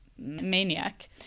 maniac